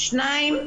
שתיים,